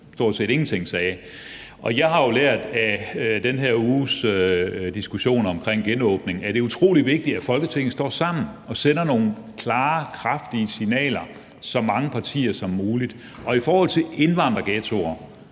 stort set ingenting sagde. Jeg har jo lært af den her uges diskussion omkring genåbningen, at det er utrolig vigtigt, at Folketinget står sammen og sender nogle klare, kraftige signaler, så mange partier som muligt. Og i forhold til indvandrerghettoer,